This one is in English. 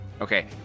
Okay